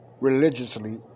religiously